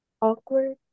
awkward